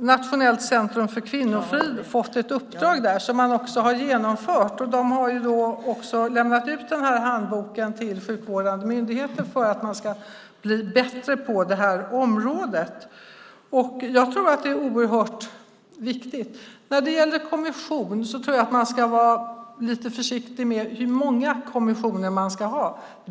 Nationellt centrum för kvinnofrid fått ett uppdrag som de också har genomfört. De har lämnat ut en handbok till sjukvårdande myndigheter för att man ska bli bättre på det här området. Jag tror att det är oerhört viktigt. När det gäller en kommission tror jag att man ska vara lite försiktig med hur många kommissioner man ska ha.